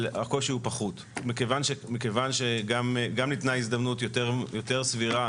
אבל הקושי פחות מכיוון שגם ניתנה הזדמנות יותר סבירה